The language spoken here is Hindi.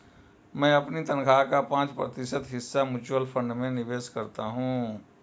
मैं अपनी तनख्वाह का पाँच प्रतिशत हिस्सा म्यूचुअल फंड में निवेश करता हूँ